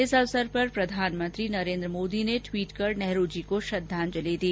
इस मौके पर प्रधानमंत्री नरेन्द्र मोदी ने टवीट कर नेहरूजी को श्रद्वांजलि दी